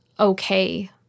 okay